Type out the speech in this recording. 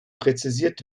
präzisiert